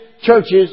churches